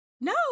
no